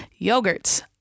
Yogurts